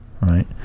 right